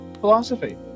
philosophy